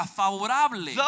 favorable